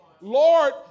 Lord